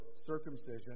circumcision